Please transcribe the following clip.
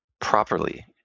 properly